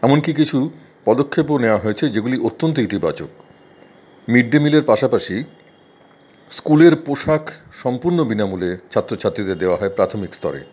এমনকি কিছু পদক্ষেপও নেওয়া হয়েছে যেগুলি অত্যন্ত ইতিবাচক মিড ডে মিলের পাশাপাশি স্কুলের পোশাক সম্পূর্ণ বিনামূল্যে ছাত্রছাত্রীদের দেওয়া হয় প্রাথমিক স্তরে